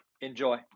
Enjoy